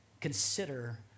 Consider